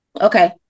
Okay